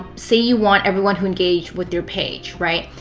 say you want everyone who engaged with your page, right?